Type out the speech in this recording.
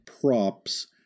props